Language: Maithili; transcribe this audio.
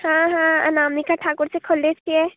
हॅं हॅं अनामिका ठाकुर से खोलने छियै